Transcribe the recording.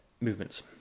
movements